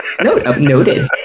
Noted